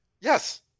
Yes